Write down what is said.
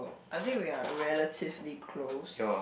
I think we are relatively close